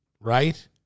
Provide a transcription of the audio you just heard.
right